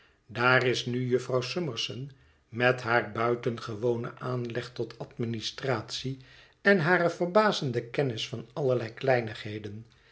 daar is nu jufvrouw summerson met haar buitengewonen aanleg tot administratie en hare verbazende kennis van allerlei kleinigheden